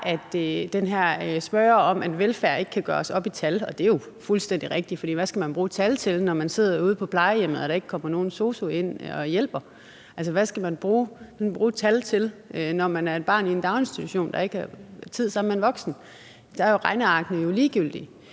er den her smøre om, at velfærd ikke kan gøres op i tal. Det er fuldstændig rigtigt, for hvad skal man bruge et tal til, når man sidder ude på plejehjemmet og der ikke kommer nogen sosu-assistent ind nu og hjælper? Hvad skal man bruge et tal til, når man er et barn i en daginstitution, der ikke har tid sammen med en voksen? Der er regnearkene jo ligegyldige.